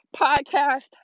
podcast